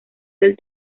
del